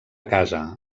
casa